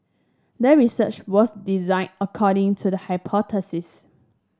the research was designed according to the hypothesis